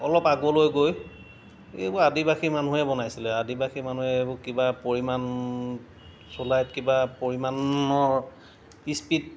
অলপ আগলৈ গৈ এইবোৰ আদিবাসী মানুহে বনাইছিলে আদিবাসী মানুহে এইবোৰ কিবা পৰিমাণ চুলাইত কিবা পৰিমাণৰ স্পিৰিট